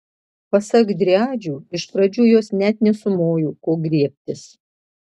pasak driadžių iš pradžių jos net nesumojo ko griebtis